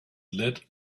lead